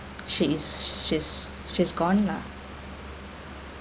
she is she's she's gone lah